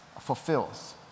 fulfills